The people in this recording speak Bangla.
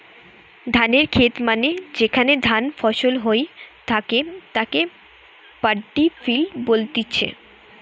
ধানের খেত মানে যেখানে ধান ফসল হই থাকে তাকে পাড্ডি ফিল্ড বলতিছে